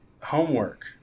homework